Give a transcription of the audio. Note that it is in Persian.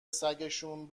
سگشون